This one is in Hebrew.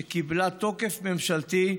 שקיבלה תוקף ממשלתי,